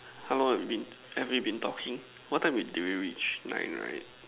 how long have we been have we been talking what time did we reach nine right